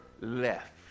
left